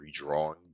redrawing